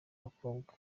abakobwa